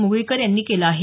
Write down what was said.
मुगळीकर यांनी केलं आहे